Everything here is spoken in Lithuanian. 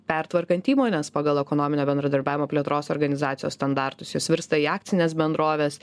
pertvarkant įmones pagal ekonominio bendradarbiavimo plėtros organizacijos standartus jos virsta į akcines bendroves